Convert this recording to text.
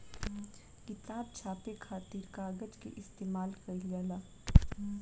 किताब छापे खातिर कागज के इस्तेमाल कईल जाला